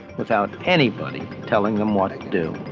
without anybody telling them what to do.